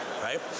right